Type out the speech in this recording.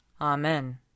Amen